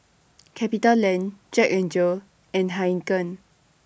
CapitaLand Jack N Jill and Heinekein